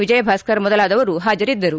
ವಿಜಯಭಾಸ್ಕರ್ ಮೊದಲಾದವರು ಹಾಜರಿದ್ದರು